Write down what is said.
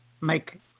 make